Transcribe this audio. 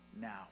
now